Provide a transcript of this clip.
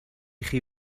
chi